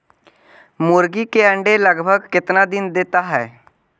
मुर्गी के अंडे लगभग कितना देता है?